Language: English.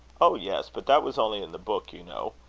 oh! yes but that was only in the book, you know.